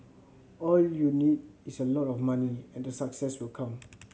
all you need is a lot of money and the success will come